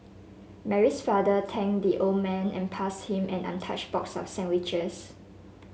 Mary's father thanked the old man and passed him an untouched box of sandwiches